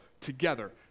together